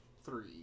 Three